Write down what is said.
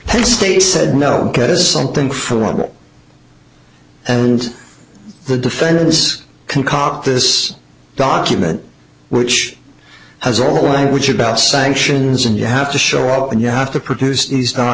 penn state said no that is something for i will and the defendant is concoct this document which has all language about sanctions and you have to show up and you have to produce the